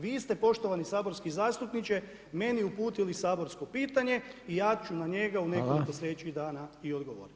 Vi ste poštovani saborski zastupniče meni uputili saborsko pitanje i ja ću na njega u nekoliko sljedećih dana i odgovoriti.